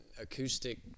acoustic